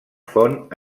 font